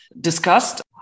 discussed